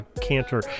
canter